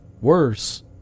worse